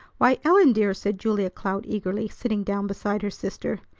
why, ellen, dear! said julia cloud eagerly, sitting down beside her sister.